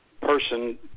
person